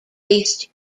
based